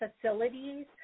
facilities